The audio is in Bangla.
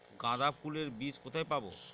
গাঁদা ফুলের বীজ কোথায় পাবো?